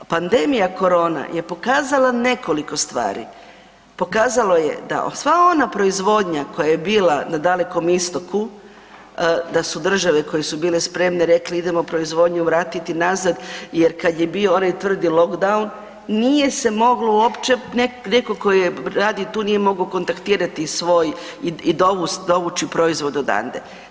Pandmija korona je pokazala nekoliko stvari, pokazalo je da sva ona proizvodnja koja je bila na Dalekom Istoku, da su države koje su bile spremne, rekle idemo proizvodnju vratiti nazad jer kad je bio onaj tvrdi lockdown nije se moglo uopće, netko tko je radio tu nije mogao kontaktirati svoj i dovući proizvod odande.